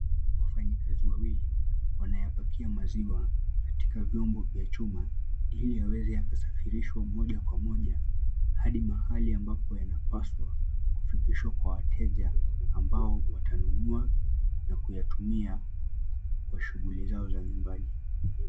Wafanyikazi wawili wanayapakia maziwa katika vyombo vya chuma ili yaweze yanasafirishwa moja kwa moja hadi mahali ambapo yanapaswa kufikishwaa jwa wateja ambao watanunua na kutumia kwa simu zao za nyumbani.